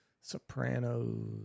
Sopranos